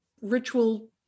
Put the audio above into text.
ritual